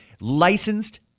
Licensed